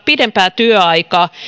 pidempää työaikaa